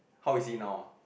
how is he now ah